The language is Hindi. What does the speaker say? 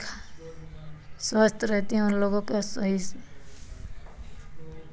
स्वस्थ रहते हैं उन लोगों को सही से